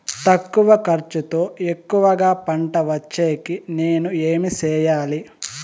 తక్కువ ఖర్చుతో ఎక్కువగా పంట వచ్చేకి నేను ఏమి చేయాలి?